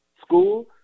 school